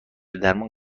درمان